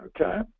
Okay